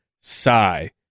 Sigh